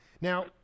now